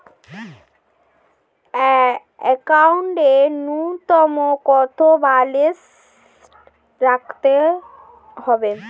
একাউন্টে নূন্যতম কত ব্যালেন্স রাখতে হবে?